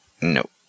Nope